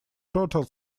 total